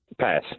Pass